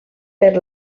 per